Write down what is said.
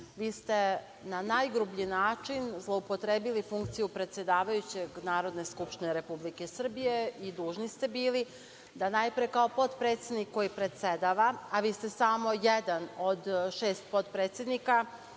Vi ste na najgrublji način zloupotrebili funkciju predsedavajućeg Narodne skupštine Republike Srbije i dužni ste bili da najpre kao potpredsednik koji predsedava, a vi ste samo jedan od šest potpredsednika,